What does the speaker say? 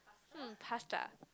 hmm pasta